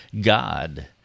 God